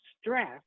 stress